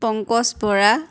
Pankaj Bora